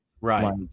Right